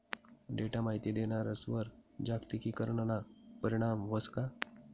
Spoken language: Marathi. डेटा माहिती देणारस्वर जागतिकीकरणना परीणाम व्हस का?